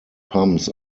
pumps